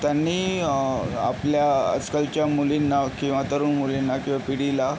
त्यांनी आपल्या आजकालच्या मुलींना किंवा तरुण मुलींना किंवा पिढीला